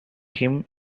him